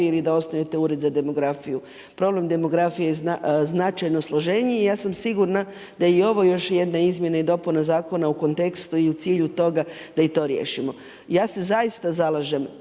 ili osnujete Ured za demografiju. Problem demografije je značajno složeniji i ja sam sigurna da je i ovo još jedna izmjena i dopuna zakona u kontekstu i u cilju toga da i to riješimo. Ja se zaista zalažem,